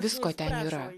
visko ten yra